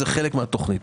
זה חלק מהתוכנית.